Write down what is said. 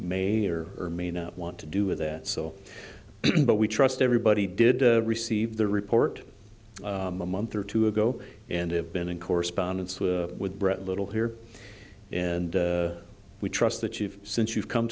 may or may not want to do with that so but we trust everybody did receive the report the month or two ago and have been in correspondence with bret a little here and we trust that you've since you've come